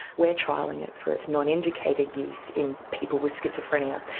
we are trialling it for its not indicated use in people with schizophrenia.